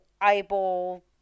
eyeball